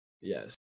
Yes